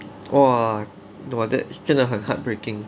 !wah! that is 真的很 heartbreaking